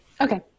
Okay